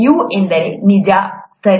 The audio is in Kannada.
Eu ಎಂದರೆ ನಿಜ ಸರಿ